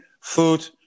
food